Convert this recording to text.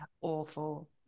Awful